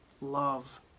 love